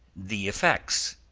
the effects,